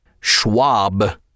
Schwab